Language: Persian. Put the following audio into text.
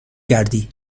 کردی